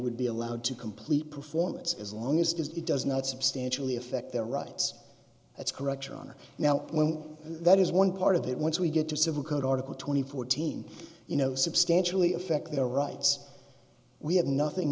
would be allowed to complete performance as long as does it does not substantially affect their rights that's correct your honor now when that is one part of it once we get to civil court article twenty fourteen you know substantially affect their rights we have nothing